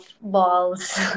balls